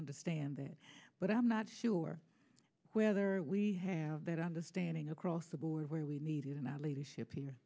understand that but i'm not sure whether we have that understanding across the board where we needed them our leadership